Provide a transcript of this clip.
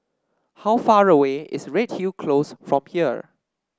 how far away is Redhill Close from here